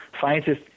Scientists